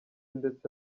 ndetse